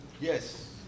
Yes